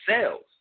cells